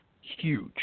huge